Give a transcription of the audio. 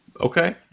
Okay